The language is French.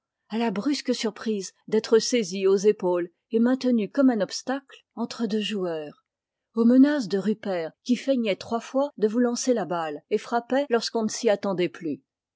à la brusque surprise d'être saisi aux épaules et maintenu comme un obstacle entre deux joueurs aux menaces de rupert qui feignait trois fois de vous lancer la balle et frappait lorsqu'on ne s'y attendait plus